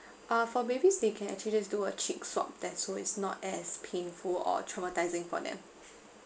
uh for babies they can actually just do a cheek swab test so it's not as painful or traumatising for them